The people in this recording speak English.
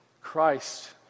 Christ